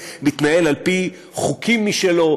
מתנהל על-פי חוקים משלו,